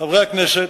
חברי הכנסת,